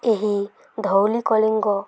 ଏହି ଧଉଳି କଳିଙ୍ଗ